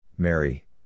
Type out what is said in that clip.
Mary